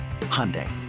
Hyundai